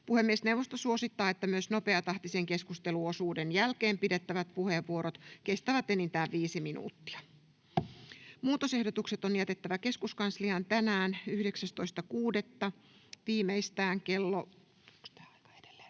Puhemiesneuvosto suosittaa, että myös nopeatahtisen keskusteluosuuden jälkeen pidettävät puheenvuorot kestävät enintään viisi minuuttia. Muutosehdotukset on jätettävä keskuskansliaan tänään 19.6.2024 viimeistään kello